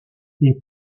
est